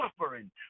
suffering